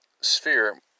sphere